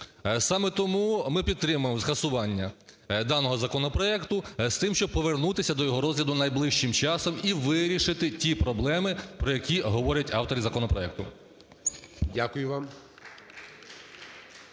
Саме тому ми підтримуємо скасування даного законопроекту з тим, щоб повернутися до його розгляду найближчим часом і вирішити ті проблеми, про які говорять автори законопроекту. ГОЛОВУЮЧИЙ.